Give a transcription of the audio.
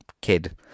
kid